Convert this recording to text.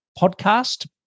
podcast